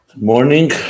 Morning